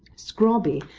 scrobby,